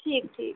ठीक ठीक